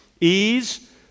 ease